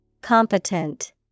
Competent